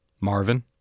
Marvin